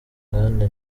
nganda